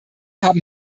haben